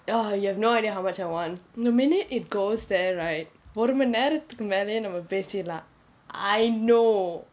ugh you have no idea I want the minute it goes there right ஒரு மணிநேரத்துக்கு மேலையே நம்ம பேசிறலாம்:oru maninerathukku melaiye namma pesiralaam I know